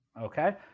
okay